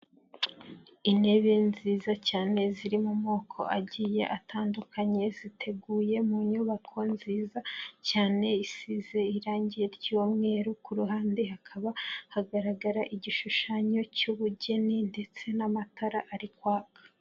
Intebe nziza cyane ziri mu moko agiye atandukanye ziteguye mu nyubako nziza cyane isize irangi ry'umweru, ku ruhande hakaba hagaragara igishushanyo cy'ubugeni ndetse n'amatara ari kwaka.